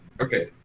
okay